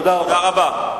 תודה רבה.